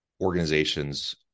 organizations